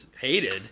hated